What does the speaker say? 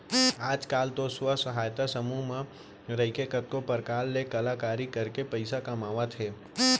आज काल तो स्व सहायता समूह म रइके कतको परकार के कलाकारी करके पइसा कमावत हें